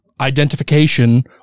identification